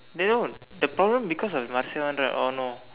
they don't the problem because of Marsia one right oh no